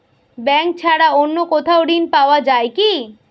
Bank ছাড়া অন্য কোথাও ঋণ পাওয়া যায় কি?